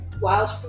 Wild